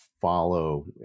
Follow